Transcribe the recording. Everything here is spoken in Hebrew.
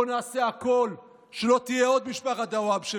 בואו נעשה הכול שלא תהיה עוד משפחת דוואבשה.